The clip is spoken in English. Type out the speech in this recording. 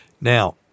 Now